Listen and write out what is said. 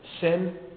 sin